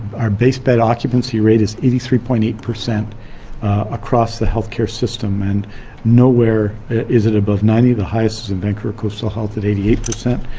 our base bed occupancy rate is eighty three point eight per cent across the health care system. and nowhere is it above ninety. the highest is and vancouver coastal at eighty eight per cent.